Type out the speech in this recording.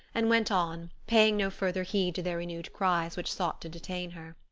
and went on, paying no further heed to their renewed cries which sought to detain her.